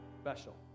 special